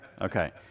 Okay